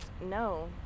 No